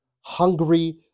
hungry